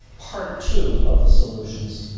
part two of the solutions